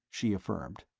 she affirmed.